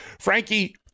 Frankie